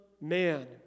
man